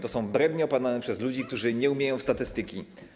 To są brednie opowiadane przez ludzi, którzy nie umieją statystyki.